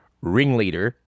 ringleader